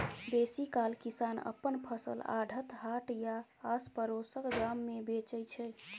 बेसीकाल किसान अपन फसल आढ़त, हाट या आसपरोसक गाम मे बेचै छै